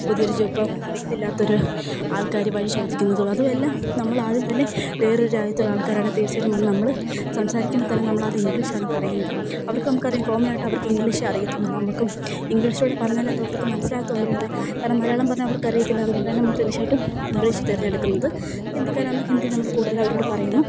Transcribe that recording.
പുതിയൊരു അറിയത്തില്ലാത്തൊരു ആൾക്കാർ വഴി ചോദിക്കുന്നതും അതുമെല്ലാം നമ്മളാദ്യം തന്നെ വേറൊരു രാജ്യത്തുള്ള ആൾക്കാരാണെങ്കിൽ തീർച്ചയായിട്ടും വന്ന് നമ്മൾ സംസാരിക്കുമ്പം തന്നെ നമ്മളാദ്യം ഇംഗ്ലീഷാണ് പറയുന്നത് അവർക്ക് നമുക്കറിയാം കോമണായിട്ട് അവർക്ക് ഇംഗ്ലീഷേ അറിയത്തുള്ളൂ നമുക്കും ഇംഗ്ലീഷിലൂടെ പറഞ്ഞാലെ അത് അവർക്ക് മനസ്സിലാകത്തുള്ളുയെന്ന് പറയാം കാരണം മലയാളം പറഞ്ഞാൽ അവർക്ക് അറിയത്തില്ല അതുകൊണ്ടുതന്നെ നമ്മൾ തീർച്ചായിട്ടും ഇംഗ്ലീഷ് തിരഞ്ഞെടുക്കുന്നത് ഹിന്ദിക്കാരാവുമ്പോൾ ഹിന്ദി നമ്മൾ കൂടുതൽ അവരോട് പറയുന്നു